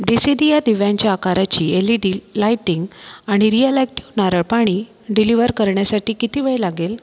देसीदिया दिव्यांच्या आकाराची L E D lighting आणि रिअल ॲक्टिव नारळ पाणी डिलिव्हर करण्यासाठी किती वेळ लागेल